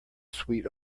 sweet